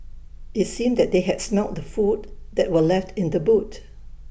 IT seemed that they had smelt the food that were left in the boot